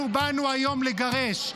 אנחנו באנו היום לגרש.